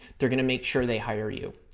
they're going to make sure they hire you.